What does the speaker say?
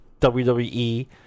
wwe